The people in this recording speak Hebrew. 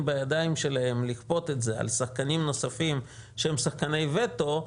בידיים שלהם לכפות את זה על שחקנים נוספים שהם שחקני וטו,